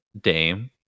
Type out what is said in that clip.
Dame